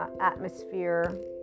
atmosphere